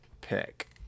pick